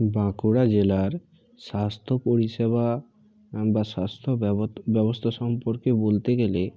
বাঁকুড়া জেলার স্বাস্থ্য পরিষেবা বা স্বাস্থ্য ব্যবস্তা সম্পর্কে বলতে গেলে